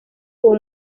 uwo